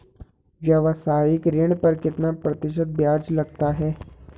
व्यावसायिक ऋण पर कितना प्रतिशत ब्याज लगता है?